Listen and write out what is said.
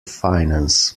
finance